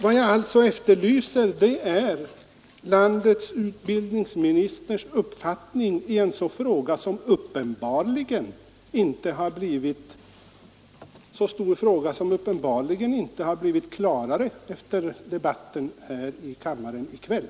Vad jag alltså efterlyser är landets utbildningsministers uppfattning i en så stor fråga, som uppenbarligen inte har blivit klarare efter debatten i kammaren i kväll.